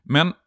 Men